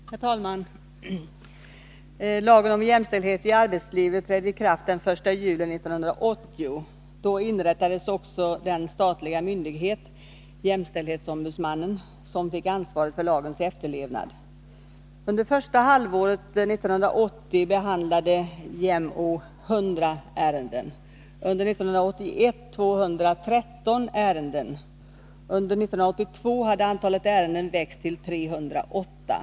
Herr talmån! Lagen om jämställdhet i arbetslivet trädde i kraft den 1 juli 1980. Då inrättades också den statliga myndighet, jämställdhetsombudsmannen, som fick ansvaret för lagens efterlevnad. Under första halvåret 1980 behandlade JämO 100 ärenden och under 1981 213 ärenden. Under 1982 hade antalet ärenden växt till 308.